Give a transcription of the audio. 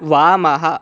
वामः